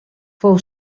fou